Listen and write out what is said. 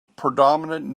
predominant